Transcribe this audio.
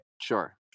sure